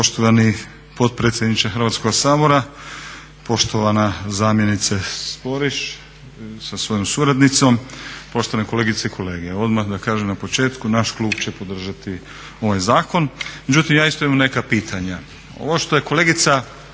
Poštovani potpredsjedniče Hrvatskog sabora, poštovana zamjenice Sporiš sa svojom suradnicom, poštovane kolegice i kolege. Odmah da kažem na početku, naš klub će podržati ovaj zakon, međutim ja isto imam neka pitanja. Ovo što je kolegica